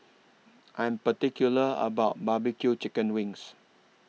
I'm particular about My B Q Chicken Wings